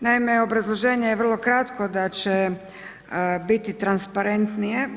Naime, obrazloženje je vrlo kratko da će biti transparentnije.